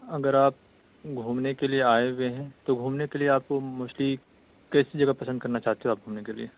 اگر آپ گھومنے کے لیے آئے ہوئے ہیں تو گھومنے کے لیے آپ کو موسٹلی کیسی جگہ پسند کرنا چاہتے ہو آپ گھومنے کے لیے